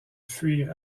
fuir